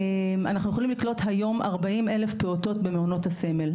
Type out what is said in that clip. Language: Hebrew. אנחנו לקלוט היום 40,000 פעוטות במעונות הסמל,